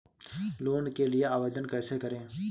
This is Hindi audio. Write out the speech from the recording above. लोन के लिए आवेदन कैसे करें?